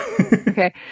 Okay